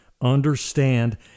understand